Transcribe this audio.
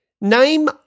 Name